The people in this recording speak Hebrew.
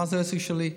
מה זה העסק שלי?